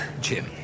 Jim